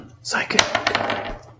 Psychic